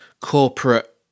corporate